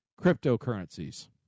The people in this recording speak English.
cryptocurrencies